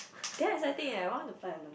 damn exciting eh I want to fly alone